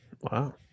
Wow